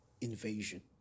invasion